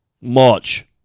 March